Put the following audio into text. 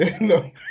No